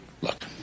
Look